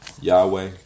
Yahweh